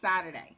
Saturday